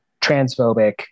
Transphobic